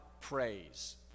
praise